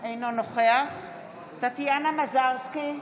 אינו נוכח טטיאנה מזרסקי,